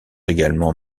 également